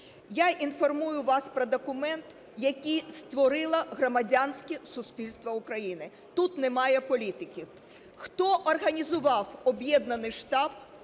Я інформую вас про документ, який створило громадянське суспільство України, тут немає політики. Хто організував Об'єднаний штаб